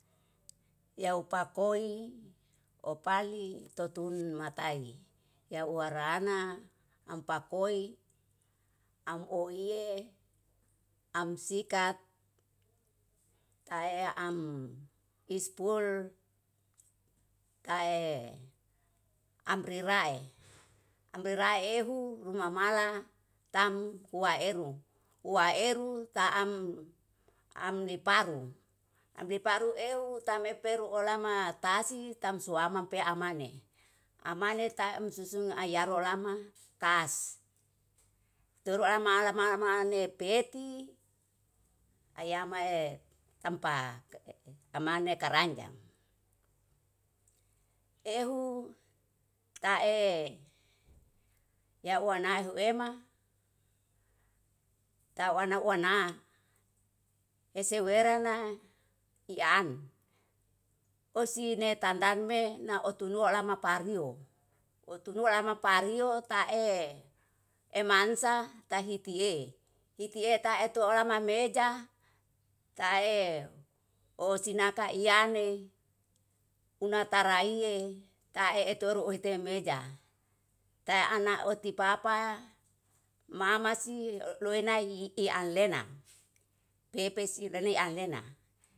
Yaw pakoi opali totun matai yaw arana ampakoi amoie amsikat taea am ispul tae amrirae amrirae ehu ruma mala tam hua eru, waeru taam amne paru amne paru ehu tame peru olama tasi tamsuama pe amane. Amane taem susung ayaro olama kas, turu olama lama lamane peti yamae tampa e amane karanjang. Ehu tae yauwa nahu ehuema tawana wana, esewerna ian ohsi ne tandan me naoutu nuo oalama paririo outu nuo oalama paririo tae emansa tahitie hitie taetu olama meja tae osinaka iyane unatara iye tae eteru ohite meja. Ta ana oti papa, mama si, loi nai ianlena pepe si lian lena.